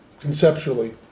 conceptually